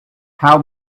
how